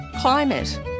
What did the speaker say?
climate